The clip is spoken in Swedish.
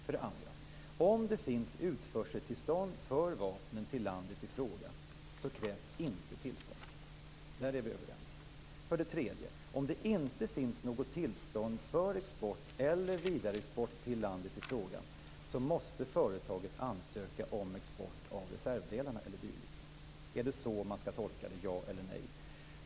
För det andra: Om det finns utförseltillstånd för vapnen till landet i fråga så krävs inte tillstånd. Där är vi överens. För det tredje: Om det inte finns något tillstånd för export eller vidareexport till landet i fråga måste företaget ansöka om export av reservdelarna eller dylikt. Är det så man skall tolka det, ja eller nej?